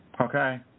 okay